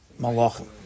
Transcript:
Malachim